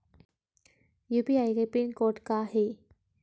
UPI के pin code का हे?